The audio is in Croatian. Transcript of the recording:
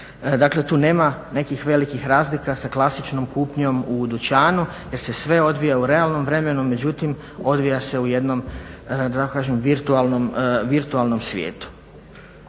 Dakle tu nema nekih velikih razlika sa klasičnom kupnjom u dućanu jer se sve odvija u realnom vremenu međutim odvija se u jednom da tako kažem virtualnom svijetu.